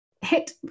hit